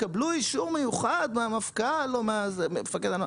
תקבלו אישור מיוחד מהמפכ"ל או מהמפקד.